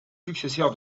successeur